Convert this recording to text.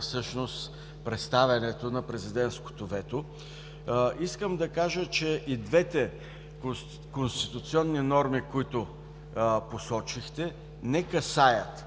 всъщност представянето на президентското вето. Искам да кажа, че и двете конституционни норми, които посочихте, не касаят